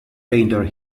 painter